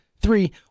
three